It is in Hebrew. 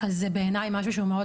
זה בעיניי משהו שהוא מאוד